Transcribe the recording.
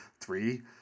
three